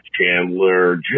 Chandler